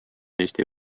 eesti